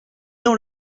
dans